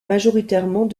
majoritairement